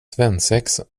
svensexa